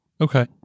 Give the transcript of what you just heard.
Okay